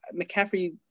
McCaffrey